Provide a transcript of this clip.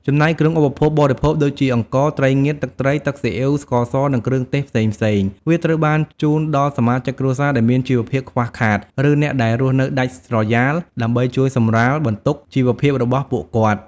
ចំណែកគ្រឿងឧបភោគបរិភោគដូចជា អង្ករ ត្រីងៀត ទឹកត្រី ទឹកស៊ីអ៊ីវ ស្ករស និងគ្រឿងទេសផ្សេងៗ វាត្រូវបានជូនដល់សមាជិកគ្រួសារដែលមានជីវភាពខ្វះខាត ឬអ្នកដែលរស់នៅដាច់ស្រយាល ដើម្បីជួយសម្រាលបន្ទុកជីវភាពរបស់ពួកគាត់។